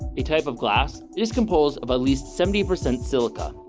a type of glass is composed of at least seventy percent silica.